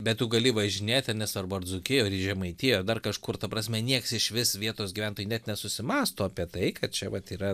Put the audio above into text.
bet tu gali važinėt ir nesvarbu ar dzūkijoj ar į žemaitiją dar kažkur ta prasme nieks išvis vietos gyventojai nesusimąsto apie tai kad čia vat yra